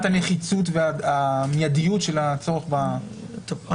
הנחיצות והמיידיות של הצורך --- טוב,